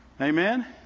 Amen